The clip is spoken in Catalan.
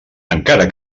encara